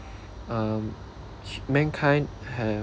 um hu~ mankind have